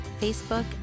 Facebook